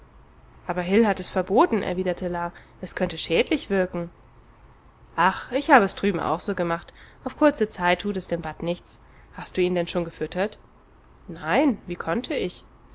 aber hil hat es verboten erwiderte la es könnte schädlich wirken ach ich habe es drüben auch so gemacht auf kurze zeit tut es dem bat nichts hast du ihn denn schon gefüttert nein wie konnte ich